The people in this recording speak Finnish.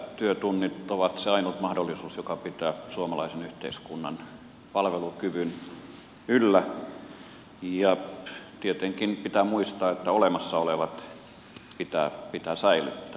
lisätyötunnit ovat se ainut mahdollisuus joka pitää suomalaisen yhteiskunnan palvelukyvyn yllä ja tietenkin pitää muistaa että olemassa olevat pitää säilyttää